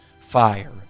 fire